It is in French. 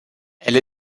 elle